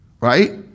right